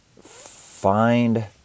find